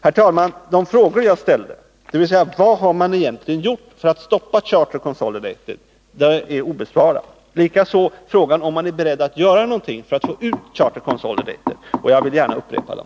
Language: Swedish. Herr talman! De frågor som jag ställt om vad man egentligen gjort för att stoppa Charter Consolidated och om man är beredd att göra någonting för att få ut företaget är obesvarade, och jag vill gärna upprepa dem.